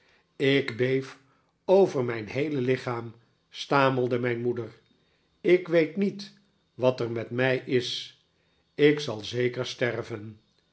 ik beef over mijn heele lichaam stamelde mijn moeder ik weet niet wat er met mij is ik zal zeker sterven